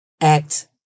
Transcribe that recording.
act